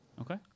Okay